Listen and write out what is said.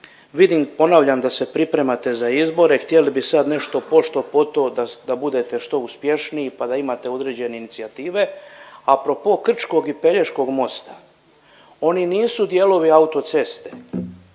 vidim ponavljam da se pripremate za izbore, htjeli bi sad nešto pošto poto da budete što uspješniji pa da imate određene inicijative. A pro po Krčkog i Pelješkog mosta, oni nisu dijelovi auto ceste.